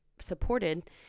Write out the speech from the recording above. supported